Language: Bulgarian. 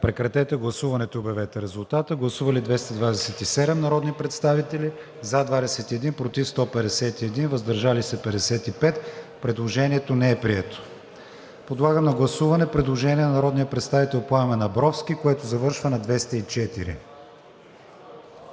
Пламен Абровски, завършващо на 203. Гласували 227 народни представители: за 21, против 151, въздържали се 55. Предложението не е прието. Подлагам на гласуване предложението на народния представител Пламен Абровски, което завършва на 204.